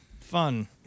Fun